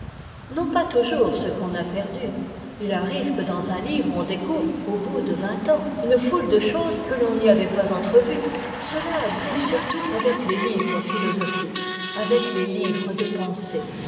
non pas toujours ce qu'on a perdu il arrive que dans un livre on découvre au bout de vingt ans une foule de choses que l'on n'y avait pas entrevues cela advient surtout avec les livres philosophiques avec les livres de pensées